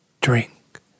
Drink